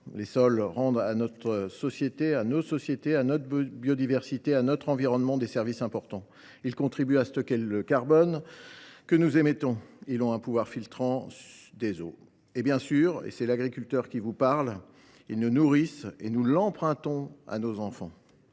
Ceux ci rendent à nos sociétés, à notre biodiversité et à notre environnement des services importants : ils contribuent à stocker le carbone que nous émettons ; ils ont un pouvoir filtrant des eaux ; et, bien évidemment – et c’est l’agriculteur qui vous parle –, ils nous nourrissent. Nous les empruntons à nos enfants.